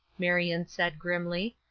marion said, grimly.